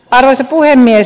arvoisa puhemies